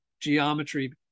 geometry